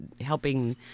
helping